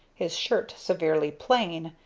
his shirt severely plain,